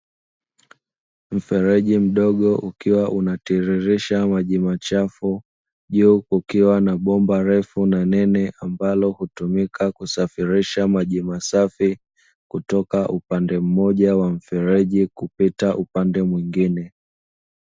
Mfereji mdogo ukiwa unatiririsha maji machafu, juu kukiwa na bomba refu na nene ambalo hutumika kusafirisha maji masafi kutoka upande mmoja wa mfereji kupita upande mwingine.